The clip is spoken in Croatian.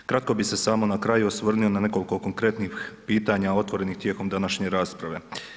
Kratko bih se samo na kraju osvrnuo na nekoliko konkretnih pitanja otvorenih tijekom današnje rasprave.